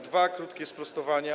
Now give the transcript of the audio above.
Dwa krótkie sprostowania.